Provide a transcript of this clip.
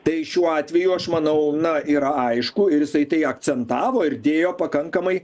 tai šiuo atveju aš manau na yra aišku ir jisai tai akcentavo ir dėjo pakankamai